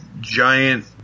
giant